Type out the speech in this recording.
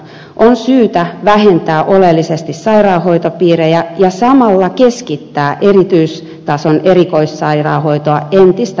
on syytä vähentää oleellisesti sairaanhoitopiirejä ja samalla keskittää erityistason erikoissairaanhoitoa entistä tarmokkaammin